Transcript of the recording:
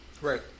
Right